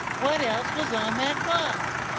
what else was on that box?